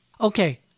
Okay